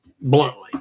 bluntly